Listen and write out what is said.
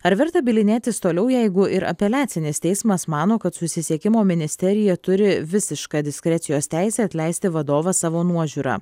ar verta bylinėtis toliau jeigu ir apeliacinis teismas mano kad susisiekimo ministerija turi visišką diskrecijos teisę atleisti vadovą savo nuožiūra